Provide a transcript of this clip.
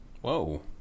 Whoa